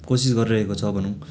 कोसिस गरिरहेको छ भानौँ